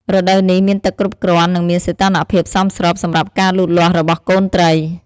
រដូវនេះមានទឹកគ្រប់គ្រាន់ និងមានសីតុណ្ហភាពសមស្របសម្រាប់ការលូតលាស់របស់កូនត្រី។